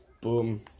Boom